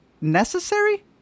necessary